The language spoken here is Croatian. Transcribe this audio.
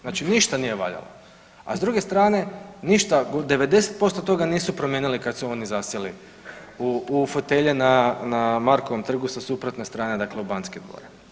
Znači ništa nije valjalo, a s druge strane ništa, 90% toga nisu promijenili kad su oni zasjeli u fotelje na Markovom trgu sa suprotne strane dakle u Banske dvore.